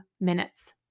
minutes